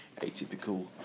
atypical